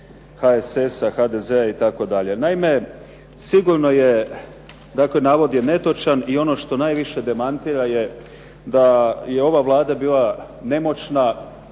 HSS-a, HDZ-a itd. Naime, sigurno je navod je netočan i ono što najviše demantira da je ova Vlada bila nemoćna